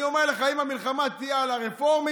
אני אומר לך שאם המלחמה תהיה על הרפורמים,